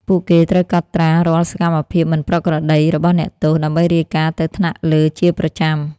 ពួកគេត្រូវកត់ត្រារាល់សកម្មភាពមិនប្រក្រតីរបស់អ្នកទោស ដើម្បីរាយការណ៍ទៅថ្នាក់លើជាប្រចាំ។